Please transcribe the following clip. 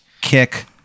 kick